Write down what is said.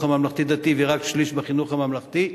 הממלכתי-דתי ורק שליש בחינוך הממלכתי.